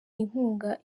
inkunga